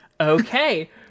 Okay